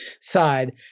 side